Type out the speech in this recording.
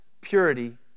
purity